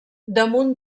damunt